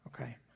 Okay